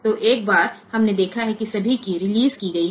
तो एक बार हमने देखा है कि सभी कीय रिलीज़ की गई हैं